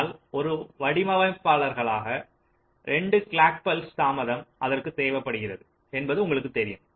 ஆனால் ஒரு வடிவமைப்பாளராக 2 கிளாக் பல்ஸ் தாமதம் அதற்கு தேவைப்படுகிறது என்பது உங்களுக்குத் தெரியும்